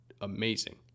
amazing